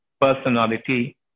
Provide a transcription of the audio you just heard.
personality